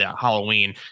Halloween